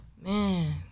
Man